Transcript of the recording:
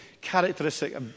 characteristic